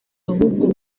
ahubwo